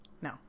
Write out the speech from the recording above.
No